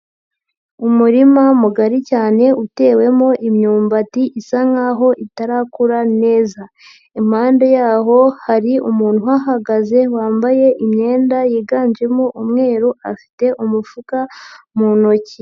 Umurima mugari cyane utewemo imyumbati isa nkaho itarakura neza, impande yaho hari umuntu uhagaze wambaye imyenda yiganjemo umweru afite umufuka mu ntoki.